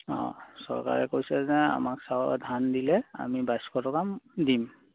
অঁ চৰকাৰে কৈছে যে আমাক ধান দিলে আমি বাইছশ টকাত দিম